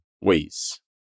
ways